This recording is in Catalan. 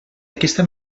aquesta